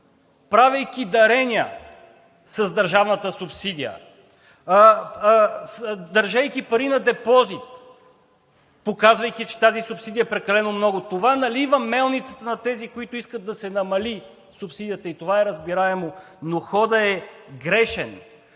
правейки дарения с държавната субсидия, държейки пари на депозит, показвайки, че тази субсидия е прекалено много – това налива мелницата на тези, които искат да се намали субсидията, и това е разбираемо, но ходът е грешен.